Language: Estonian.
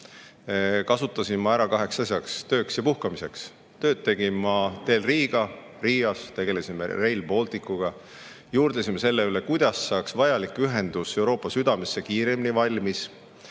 kasutasin ma ära kaheks asjaks: tööks ja puhkamiseks. Tööd tegin ma teel Riiga. Riias tegelesime Rail Balticuga. Juurdlesime selle üle, kuidas saaks vajalik ühendus Euroopa südamesse kiiremini valmis,